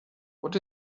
what